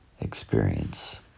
experience